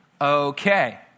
Okay